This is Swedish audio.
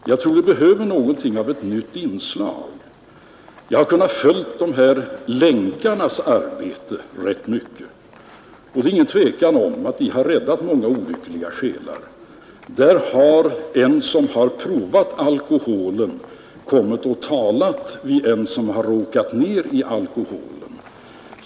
Jag tror vi behöver något av ett nytt inslag. Jag har kunnat följa Länkarnas arbete rätt mycket. Det är inget tvivel om att de räddat många olyckliga själar. Där har en person som har provat alkoholen och känner problemen väl kommit till tals med en som råkat ner i alkoholen.